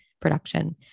production